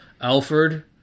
Alfred